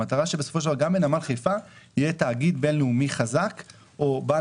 שבסופו של דבר גם בנמל חיפה יהיה תאגיד בין-לאומי חזק או בעל